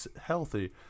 healthy